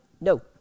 no